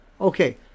Okay